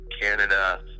Canada